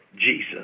Jesus